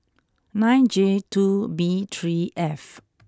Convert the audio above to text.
nine J two B three F